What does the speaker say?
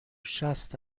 شصت